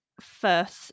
first